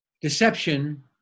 Deception